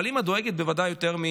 אבל אימא דואגת בוודאי יותר,